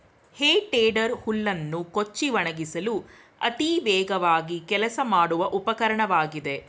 ಹೇ tedder ಹುಲ್ಲನ್ನು ಕೊಚ್ಚಿ ಒಣಗಿಸಲು ಅತಿ ವೇಗವಾಗಿ ಕೆಲಸ ಮಾಡುವ ಉಪಕರಣವಾಗಿದೆ